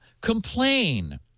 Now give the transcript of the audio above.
Complain